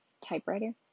typewriter